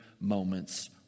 moments